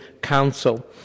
Council